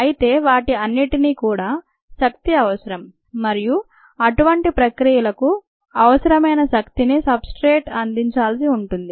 అయితే వాటి అన్నింటికి కూడా శక్తి అవసరం మరియు అటువంటి ప్రక్రియలకు అవసరమైన శక్తిని సబ్ సబ్స్ట్రేట్ అందించాల్సి ఉంటుంది